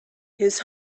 his